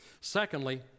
Secondly